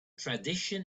tradition